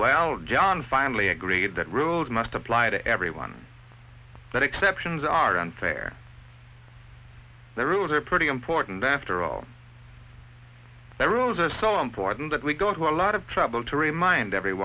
well john finally agreed that rules must apply to everyone that exceptions are unfair the rules are pretty important after all the rules are so important that we go into a lot of trouble to remind